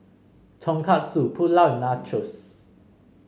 Tonkatsu Pulao Nachos